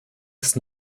ist